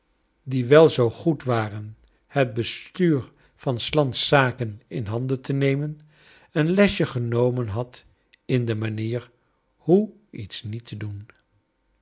die wel zoo goed waren het bestuur van s lands zaken in handen te nemen een lesje genomen had in de manier hoe iets niet te doen